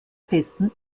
festen